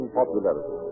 popularity